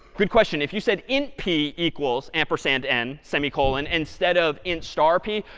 good question. if you said int p equals ampersand n semicolon, instead of int star p,